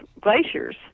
glaciers